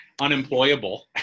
unemployable